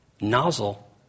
nozzle